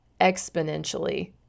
exponentially